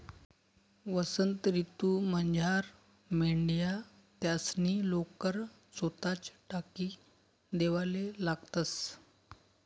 वसंत ऋतूमझार मेंढ्या त्यासनी लोकर सोताच टाकी देवाले लागतंस